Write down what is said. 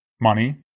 money